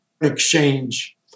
exchange